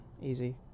easy